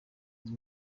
leta